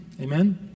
Amen